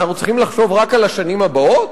אנחנו צריכים לחשוב רק על השנים הבאות,